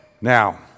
Now